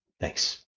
Thanks